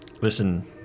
Listen